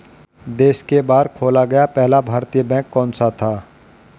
देश के बाहर खोला गया पहला भारतीय बैंक कौन सा था?